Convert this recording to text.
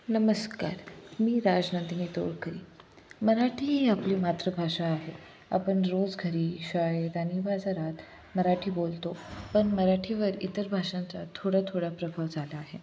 नमस्कार मी राजनंदिनी तोळकरी मराठी ही आपली मातृभाषा आहे आपण रोज घरी शाळेत आणि बाजारात मराठी बोलतो पण मराठीवर इतर भाषांचा थोडा थोडा प्रभाव झाला आहे